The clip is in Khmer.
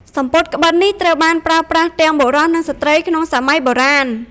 សំពត់ក្បិននេះត្រូវបានប្រើប្រាស់ទាំងបុរសនិងស្ត្រីក្នុងសម័យបុរាណ។